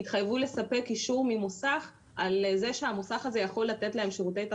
התחייבו לספק אישור ממוסך על זה שהמוסך הזה יכול לתת להם שירותי תחזוקה.